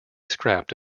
scrapped